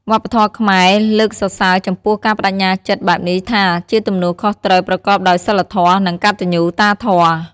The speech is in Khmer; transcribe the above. វប្បធម៌ខ្មែរលើកសរសើរចំពោះការប្តេជ្ញាចិត្តបែបនេះថាជាទំនួលខុសត្រូវប្រកបដោយសីលធម៌ និងកត្តញ្ញូតាធម៌។